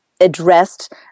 addressed